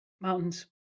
Mountains